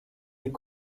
est